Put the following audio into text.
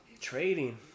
Trading